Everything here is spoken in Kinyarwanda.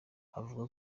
avuga